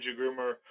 groomer